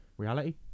reality